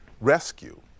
rescue